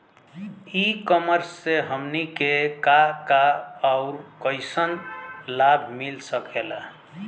ई कॉमर्स से हमनी के का का अउर कइसन लाभ मिल सकेला?